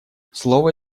слово